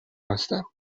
هستم